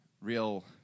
real